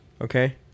Okay